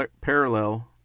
parallel